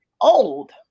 old